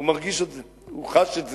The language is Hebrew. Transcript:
הוא מרגיש את זה, הוא חש את זה.